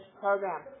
program